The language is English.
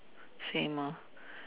same lor